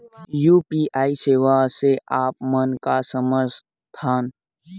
UPI सेवा से आप मन का समझ थान?